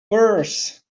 purse